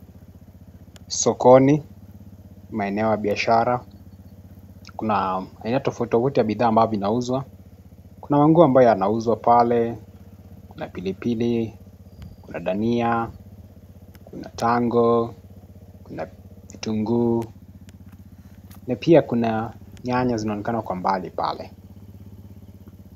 Sokoni, maeneo ya biashara, kuna aina tofauti tofauti ya bidhaa ambavyo vinauzwa. Kuna manguo ambayo yanauzwa pale, kuna pilipili, kuna dhania, kuna tango, kuna vitunguu na pia kuna nyanya zinaonekana kwa mbali pale.